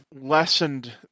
lessened